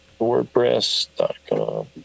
WordPress.com